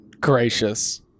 Gracious